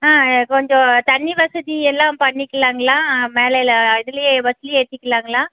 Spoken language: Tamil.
ஆ கொஞ்சம் தண்ணி வசதி எல்லாம் பண்ணிக்கலாங்களா மேலில்ல இதுலேயே பஸ்லேயே ஏற்றிக்கிலாங்களா